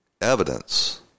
evidence